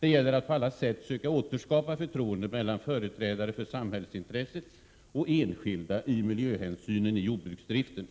Det gäller att på alla sätt söka återskapa förtroendet mellan företrädare för samhällsintresset och enskilda när det gäller miljöhänsynen i jordbruksdriften.